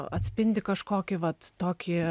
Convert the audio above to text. atspindi kažkokį vat tokį